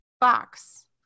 box